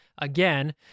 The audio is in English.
again